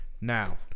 Now